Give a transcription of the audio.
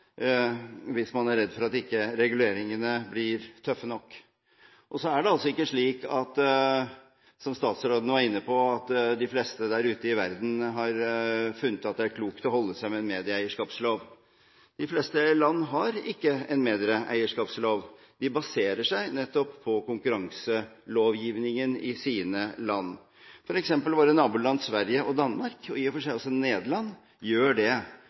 hvis man er redd for at ikke reguleringene blir tøffe nok. Og så er det ikke slik, som statsråden var inne på, at de fleste der ute i verden har funnet ut at det er klokt å holde seg med en medieeierskapslov. De fleste land har ikke en medieeierskapslov, de baserer seg nettopp på konkurranselovgivningen i sine land – f.eks. våre naboland Sverige og Danmark, og i og for seg også Nederland, gjør det.